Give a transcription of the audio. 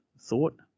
thought